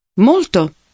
molto